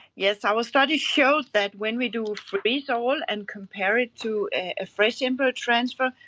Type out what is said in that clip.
yes, our study showed that when we do freeze-all and compare it to a fresh embryo transfer,